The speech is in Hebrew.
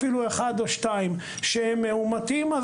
אפילו אחד או שניים שהם מאומתים,